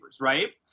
right